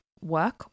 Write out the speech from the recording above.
work